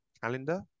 calendar